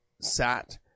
sat